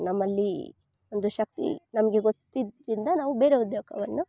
ನಮ್ಮಲ್ಲಿ ಒಂದು ಶಕ್ತಿ ನಮಗೆ ಗೊತ್ತಿದ್ರಿಂದ ನಾವು ಬೇರೆ ಉದ್ಯೋಗವನ್ನು